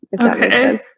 okay